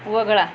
वगळा